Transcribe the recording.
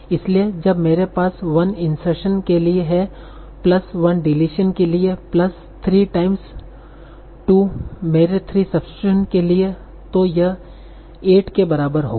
इसलिए जब मेरे पास 1 इंसर्शन के लिए है प्लस 1 डिलीशन के लिए है प्लस 3 टाइम्स 2 मेरे 3 सबइस्टीटूशन के लिए है तों यह 8 के बराबर होगा